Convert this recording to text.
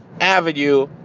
Avenue